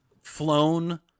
flown